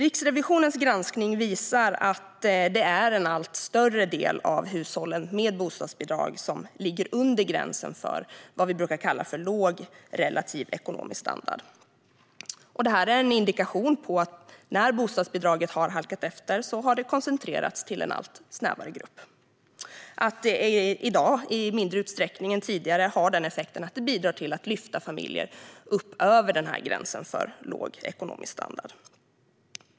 Riksrevisionens granskning visar att det är en allt större del av hushållen med bostadsbidrag som ligger under gränsen för vad vi brukar kalla låg ekonomisk standard. Det är en indikation på att när bostadsbidraget har halkat efter har det koncentrerats till en allt snävare grupp och att det i dag i mindre utsträckning än tidigare har effekten att det bidrar till att lyfta familjer upp över gränsen för låg ekonomisk standard.